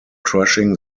crushing